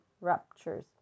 ruptures